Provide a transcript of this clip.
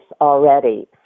already